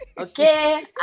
Okay